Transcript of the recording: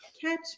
Catch